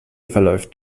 verläuft